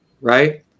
right